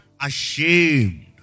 ashamed